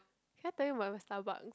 can I tell you my my Starbucks